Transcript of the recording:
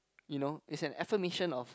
you know it's an affirmation of